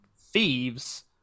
Thieves